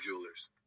Jewelers